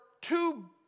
two